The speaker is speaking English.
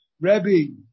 Rebbe